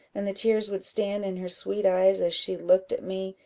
and the tears would stand in her sweet eyes as she looked at me.